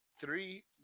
Three